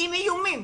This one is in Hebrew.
עם איומים,